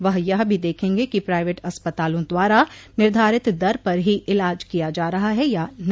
वह यह भी देखेंगे कि प्राइवेट अस्पतालों द्वारा निर्धारित दर पर ही इलाज किया जा रहा है या नहीं